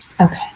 Okay